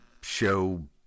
show